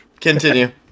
Continue